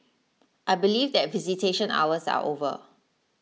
I believe that visitation hours are over